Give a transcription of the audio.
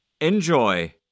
Enjoy